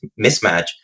mismatch